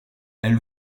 elle